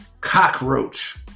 cockroach